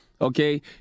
Okay